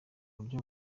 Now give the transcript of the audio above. buryo